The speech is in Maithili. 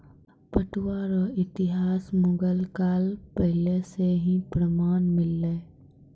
पटुआ रो इतिहास मुगल काल पहले से ही प्रमान मिललै